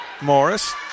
Morris